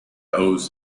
owes